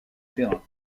terrain